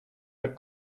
but